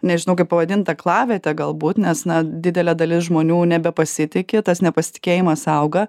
nežinau kaip pavadint aklavietę galbūt nes na didelė dalis žmonių nebepasitiki tas nepasitikėjimas auga